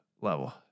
level